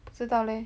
不知道 leh